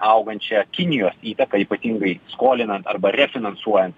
augančią kinijos įtaką ypatingai skolinant arba refinansuojant